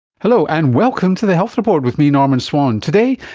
hello, and welcome to the health report with me, norman swan. today,